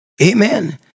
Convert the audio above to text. Amen